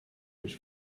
which